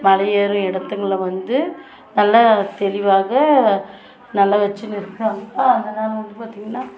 மலை ஏறும் இடத்துங்கள்ல வந்து நல்லா தெளிவாக நல்லா வச்சின்னு இருக்காங்கள் அதனால் வந்து பார்த்தீங்கள்னா